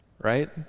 right